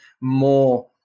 more